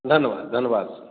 धन्यवाद धन्यवाद सर